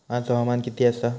आज हवामान किती आसा?